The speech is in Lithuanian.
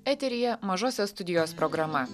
eteryje mažosios studijos programa